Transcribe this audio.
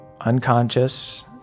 unconscious